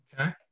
okay